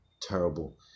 terrible